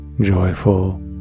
joyful